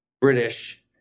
British